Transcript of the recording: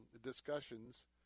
discussions